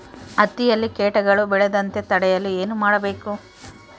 ಹತ್ತಿಯಲ್ಲಿ ಕೇಟಗಳು ಬೇಳದಂತೆ ತಡೆಯಲು ಏನು ಮಾಡಬೇಕು?